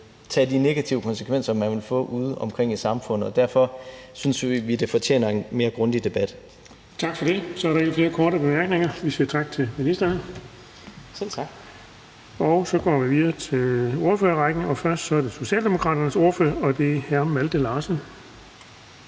tage de negative konsekvenser, man vil få, udeomkring i samfundet. Derfor synes vi, det fortjener en mere grundig debat. Kl. 19:57 Den fg. formand (Erling Bonnesen): Tak for det. Så er der ikke flere korte bemærkninger. Vi siger tak til ministeren, og så går vi videre til ordførerrækken. Først er det Socialdemokraternes ordfører, og det er hr. Malte Larsen.